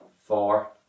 four